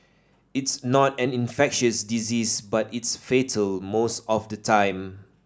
it's not an infectious disease but it's fatal most of the time